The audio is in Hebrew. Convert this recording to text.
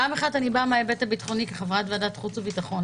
הראשון אני באה מההיבט הביטחוני כחברת ועדת החוץ והביטחון.